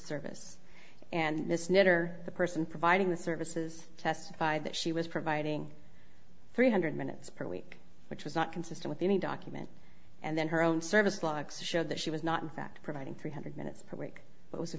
service and this knitter the person providing the services testified that she was providing three hundred minutes per week which was not consistent with any document and then her own service logs showed that she was not in fact providing three hundred minutes